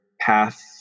path